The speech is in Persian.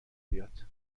بیاد